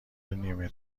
نیمه